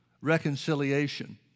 Reconciliation